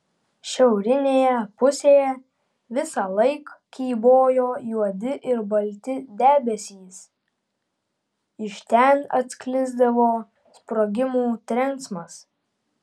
šiaurinėje pusėje visąlaik kybojo juodi ir balti debesys iš ten atsklisdavo sprogimų trenksmas